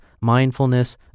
mindfulness